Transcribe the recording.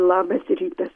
labas rytas